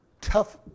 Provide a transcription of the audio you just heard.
tough